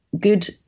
good